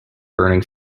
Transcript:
burning